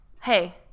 Hey